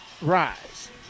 Rise